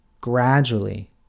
gradually